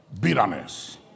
Bitterness